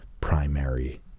primary